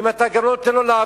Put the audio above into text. אם אתה גם לא נותן לעבוד,